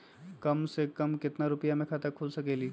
कम से कम केतना रुपया में खाता खुल सकेली?